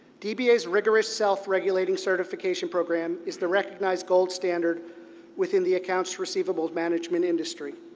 dba's rigorous self-regulating certification program is the recognized gold standards within the accounts receivable management industry.